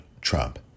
Trump